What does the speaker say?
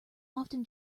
often